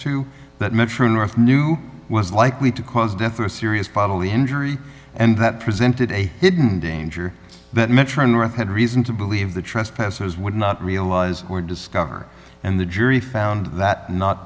to that metro north new was likely to cause death or serious bodily injury and that presented a hidden danger that metro north had reason to believe the trespassers would not realize or discover and the jury found that not